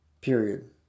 period